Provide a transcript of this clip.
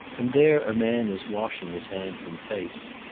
and there a man is washing his hands and face.